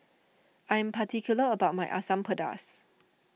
I am particular about my Asam Pedas